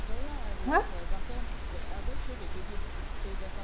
!huh!